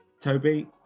Toby